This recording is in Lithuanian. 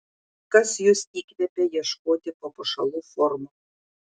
kas jus įkvepia ieškoti papuošalų formų